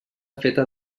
feta